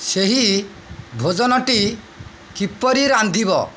ସେହି ଭୋଜନଟି କିପରି ରାନ୍ଧିବ